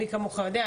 מי כמוך יודע,